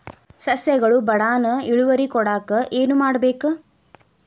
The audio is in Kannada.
ಸಸ್ಯಗಳು ಬಡಾನ್ ಇಳುವರಿ ಕೊಡಾಕ್ ಏನು ಮಾಡ್ಬೇಕ್?